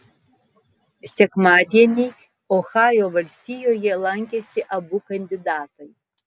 sekmadienį ohajo valstijoje lankėsi abu kandidatai